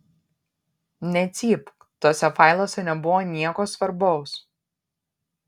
necypk tuose failuose nebuvo nieko svarbaus